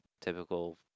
typical